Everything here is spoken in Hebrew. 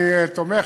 אני תומך.